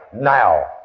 now